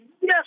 Yes